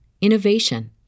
innovation